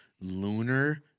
Lunar